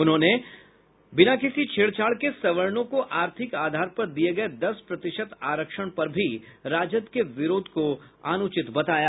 उन्होंने बिना किसी छेड़छाड़ के सवर्णों को आर्थिक आधार पर दिए गए दस प्रतिशत आरक्षण पर भी राजद के विरोध को अनुचित बताया